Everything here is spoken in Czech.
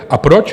A proč?